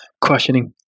questioning